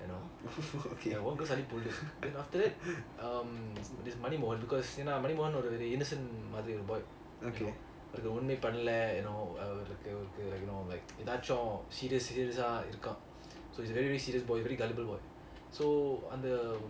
okay